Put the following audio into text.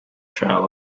trial